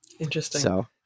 Interesting